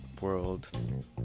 world